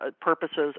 purposes